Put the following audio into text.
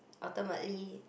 ultimately